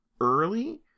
early